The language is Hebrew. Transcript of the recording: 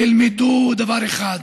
תלמדו דבר אחד: